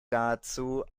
dazu